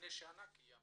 לפני שנה קיימנו.